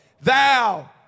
thou